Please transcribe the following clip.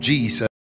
Jesus